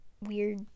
weird